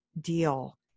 deal